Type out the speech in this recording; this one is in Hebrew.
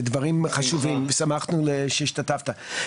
דברים חשובים, ושמחנו שהשתתפת.